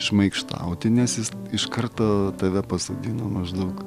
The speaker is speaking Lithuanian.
šmaikštauti nes jis iš karto tave pasodina maždaug